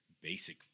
Basic